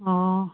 ꯑꯣ